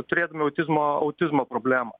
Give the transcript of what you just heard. turėdami autizmo autizmo problemą